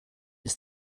ist